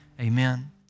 Amen